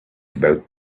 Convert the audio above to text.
about